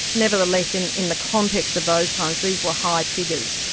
nevertheless, in in the context of those times, these were high figures.